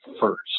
first